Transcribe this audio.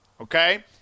Okay